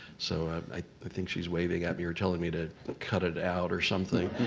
so i think she's waving at me or telling me to cut it out or something.